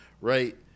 right